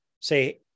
say